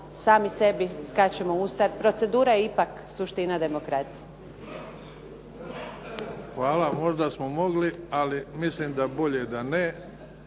sami sebi skačemo u usta. Jer procedura je ipak suština demokracije. **Bebić, Luka (HDZ)** Hvala. Možda smo mogli, ali mislim da bolje da ne,